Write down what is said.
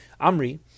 Amri